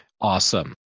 Awesome